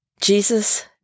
Jesus